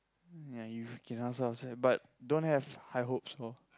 ya you can ask her after that but don't have high hopes of